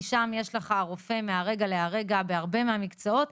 כי שם יש לך רופא מהרגע להרגע בהרבה מאוד מקצועות,